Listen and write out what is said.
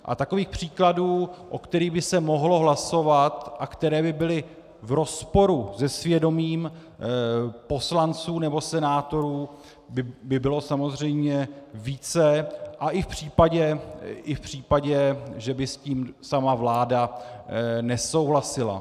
A takových příkladů, o kterých by se mohlo hlasovat a které by byly v rozporu se svědomím poslanců nebo senátorů, by bylo samozřejmě více, a i v případě, že by s tím sama vláda nesouhlasila.